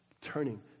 turning